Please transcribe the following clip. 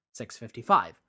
655